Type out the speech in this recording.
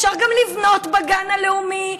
אפשר לבנות בגן הלאומי,